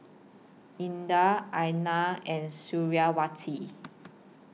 Indah Aina and Suriawati